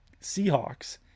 Seahawks